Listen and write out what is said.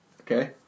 Okay